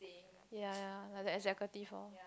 ya ya like the executive lor